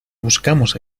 buscamos